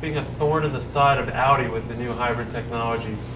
being a thorn in the side of audi with the new hybrid technology.